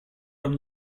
from